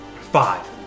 five